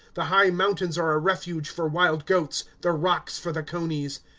the high mountains are a refuge for wild-goats, the rocks for the conies.